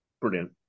Brilliant